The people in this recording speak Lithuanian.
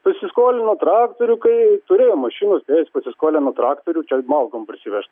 pasiskolino traktorių kai turėjo mašiną pasiskolino traktorių čia alkom prisivešt